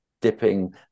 dipping